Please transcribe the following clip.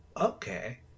Okay